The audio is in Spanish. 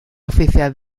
oficial